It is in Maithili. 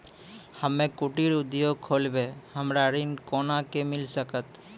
हम्मे कुटीर उद्योग खोलबै हमरा ऋण कोना के मिल सकत?